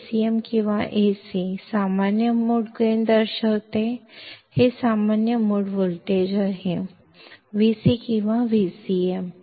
Acm ಅಥವಾ Ac common mode gain ಅನ್ನು ಚಿತ್ರಿಸುತ್ತದೆ ಇದು ಕಾಮನ್ ಮೋಡ್ ವೋಲ್ಟೇಜ್ ವಿಸಿ ಅಥವಾ ವಿಸಿಎಂ